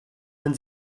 man